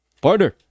partner